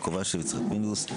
יעקב אשר ויצחק פינדרוס.